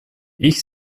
ich